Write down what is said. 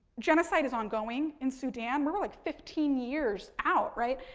genocide is ongoing in sudan. we're we're like fifteen years out, right?